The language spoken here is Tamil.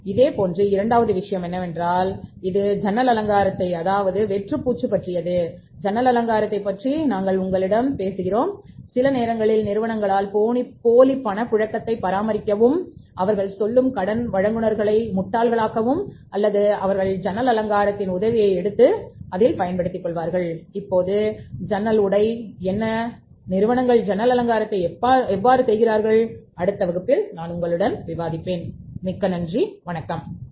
இப்போது இரண்டாவது விஷயம் என்னவென்றால் அது விண்டோ ட்ரெஸ்ஸிங் செய்கின்றன என்பதை அடுத்த வகுப்பில் நான் உங்களுடன் விவாதிப்பேன் மிக்க நன்றி